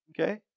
Okay